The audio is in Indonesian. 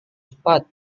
cepat